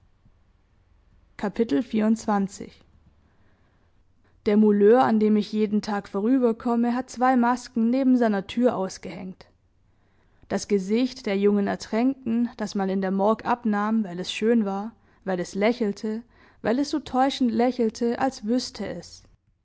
der mouleur an dem ich jeden tag vorüberkomme hat zwei masken neben seiner tür ausgehängt das gesicht der jungen ertränkten das man in der morgue abnahm weil es schön war weil es lächelte weil es so täuschend lächelte als wüßte es